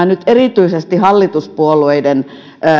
nyt erityisesti hallituspuolueiden